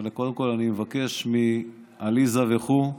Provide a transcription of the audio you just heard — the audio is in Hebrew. אבל קודם כול אני מבקש מעליזה וכו'